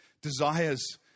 desires